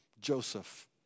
Joseph